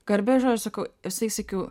garbės žodis sakau visąlaik sakiau